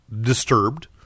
disturbed